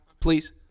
please